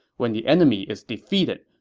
when the enemy is defeated,